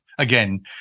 Again